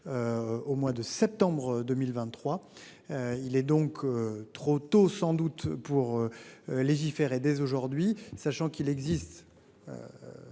Au mois de septembre 2023. Il est donc trop tôt, sans doute pour. Légiférer dès aujourd'hui sachant qu'il existe.